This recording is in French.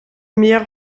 meilleure